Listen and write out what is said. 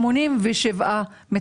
אם